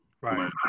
Right